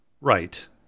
right